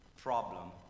problem